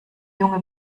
junge